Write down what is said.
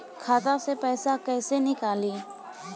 खाता से पैसा कैसे नीकली?